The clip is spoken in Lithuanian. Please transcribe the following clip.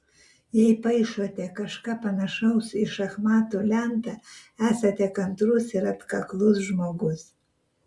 jei paišote kažką panašaus į šachmatų lentą esate kantrus ir atkaklus žmogus